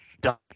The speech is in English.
done